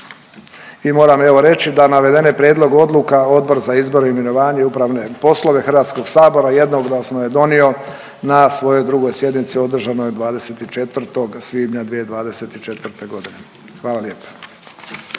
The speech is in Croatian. I moram evo reći da navedene prijedloge odluka Odbor za izbor, imenovanje i upravne poslove Hrvatskog sabora jednoglasno je donio na svojoj 2. sjednici održanoj 24. svibnja 2024. godine. Hvala lijepo.